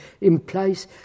implies